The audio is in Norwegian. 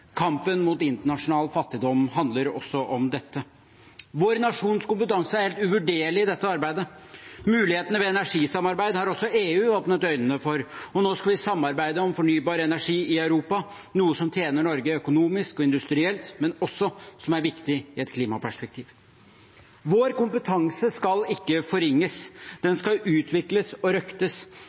Kampen mot internasjonal fattigdom handler også om dette. Vår nasjons kompetanse er helt uvurderlig i dette arbeidet. Mulighetene ved energisamarbeid har også EU åpnet øynene for, og nå skal vi samarbeide om fornybar energi i Europa, noe som tjener Norge økonomisk og industrielt, men også er viktig i et klimaperspektiv. Vår kompetanse skal ikke forringes, den skal utvikles og røktes.